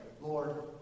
Lord